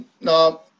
Now